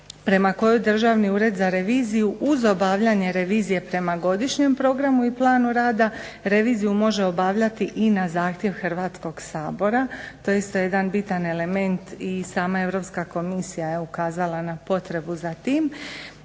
prema kojoj Državni ured za reviziju uz obavljanje revizije prema godišnjem programu i planu rada reviziju može obavljati i na zahtjev Hrvatskog sabora. To je isto jedan bitan element i sama Europska komisija je ukazala na potrebu za tim.